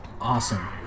awesome